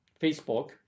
facebook